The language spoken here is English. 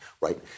right